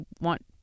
want